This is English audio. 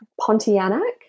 Pontianak